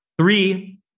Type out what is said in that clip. Three